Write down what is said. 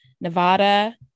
nevada